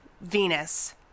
Venus